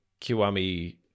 Kiwami